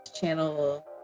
Channel